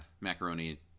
macaroni